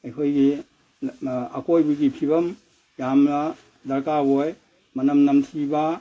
ꯑꯩꯈꯣꯏꯒꯤ ꯑꯀꯣꯏꯕꯒꯤ ꯐꯤꯕꯝ ꯌꯥꯝꯅ ꯗꯔꯀꯥꯔ ꯑꯣꯏ ꯃꯅꯝ ꯅꯝꯊꯤꯕ